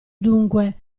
dunque